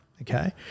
okay